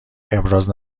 ابراز